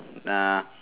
nah